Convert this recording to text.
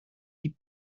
die